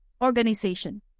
organization